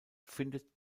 findet